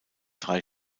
drei